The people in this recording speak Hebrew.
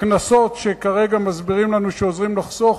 הקנסות שכרגע מסבירים לנו שעוזרים לחסוך,